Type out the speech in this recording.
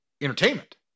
entertainment